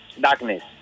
Darkness